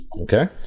Okay